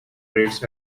rates